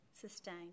sustain